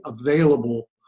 available